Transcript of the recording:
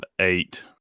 eight